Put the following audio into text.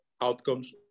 outcomes